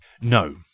No